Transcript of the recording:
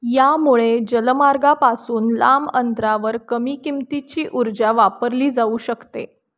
यामुळे जलमार्गापासून लांब अंतरावर कमी किमतीची ऊर्जा वापरली जाऊ शकते